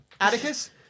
Atticus